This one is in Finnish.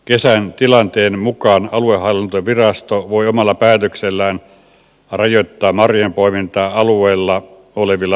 kesän tilanteen mukaan aluehallintovirasto voi omalla päätöksellään rajoittaa marjojen poimintaa alueella olevilla valtion mailla